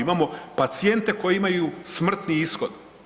Imamo pacijente koji imaju smrtni ishod.